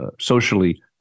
socially